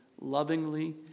lovingly